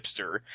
hipster